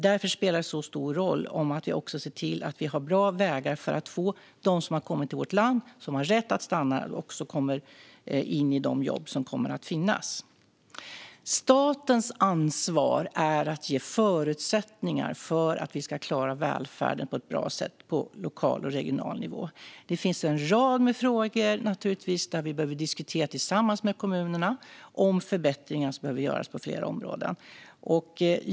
Därför spelar det stor roll att vi ser till att ha bra vägar för dem som har kommit till vårt land och som har rätt att stanna här att komma in i de jobb som kommer att finnas. Statens ansvar är att ge förutsättningar för att vi ska klara välfärden på ett bra sätt på lokal och regional nivå. Det finns naturligtvis en rad frågor som vi behöver diskutera tillsammans med kommunerna om förbättringar som behöver göras på flera områden.